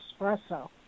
espresso